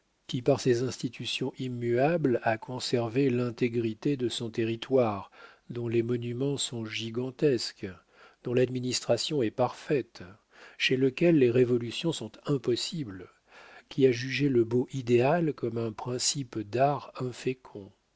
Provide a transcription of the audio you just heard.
qui par ses institutions immuables a conservé l'intégrité de son territoire dont les monuments sont gigantesques dont l'administration est parfaite chez lequel les révolutions sont impossibles qui a jugé le beau idéal comme un principe d'art